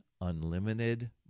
unlimited